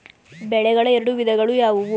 ಬೆಳೆಗಳ ಎರಡು ವಿಧಗಳು ಯಾವುವು?